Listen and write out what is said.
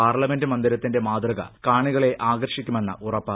parliament മന്ദിരത്തിന്റെ മാതൃക കാണികളെ ആകർഷിക്കുമെന്ന് ഉറപ്പ്